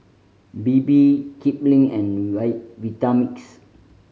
Bebe Kipling and Vitamix